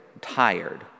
tired